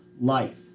life